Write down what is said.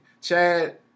Chad